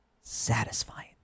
satisfying